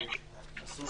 ויש את הקנסות,